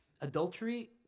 Adultery